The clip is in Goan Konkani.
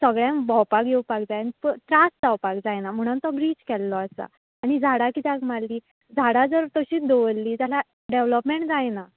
सगळ्यांग भोंवपाक येवपाक जाय आनी चड त्रास जावपाक जायना म्हणून तो ब्रीज केल्लो आसा आनी झाडां कित्याक मारलीं झाडां जर तशींच दवल्ली जाल्यार डॅवलॉपमॅण जायना